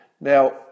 Now